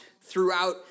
throughout